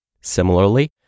Similarly